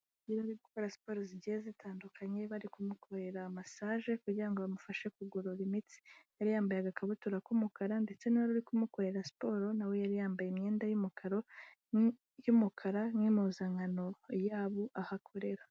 Gukora siporo zigiye zitandukanye, bari kumukorera massage kugira ngo bamufashe kugorora imitsi, yari yambaye agakabutura k'umukara ndetse n'uri kumukorera siporo nawe yari yambaye imyenda yumukara, imwe mu mpuzankano yaho akorera.